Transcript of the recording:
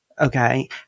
Okay